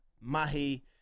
Mahi